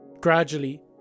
gradually